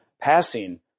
passing